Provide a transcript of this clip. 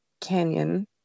canyon